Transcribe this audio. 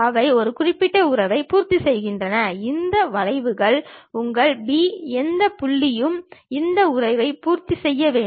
அவை ஒரு குறிப்பிட்ட உறவை பூர்த்திசெய்கின்றன இந்த வளைவில் உங்கள் B எந்த புள்ளியும் இந்த உறவை பூர்த்தி செய்ய வேண்டும்